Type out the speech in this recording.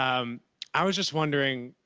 um i was just wondering,